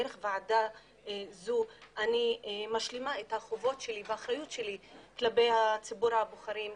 דרך ועדה זו אני משלימה את החובות שלי והאחריות שלי כלפי ציבור הבוחרים,